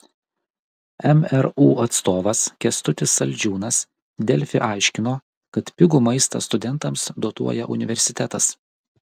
mru atstovas kęstutis saldžiūnas delfi aiškino kad pigų maistą studentams dotuoja universitetas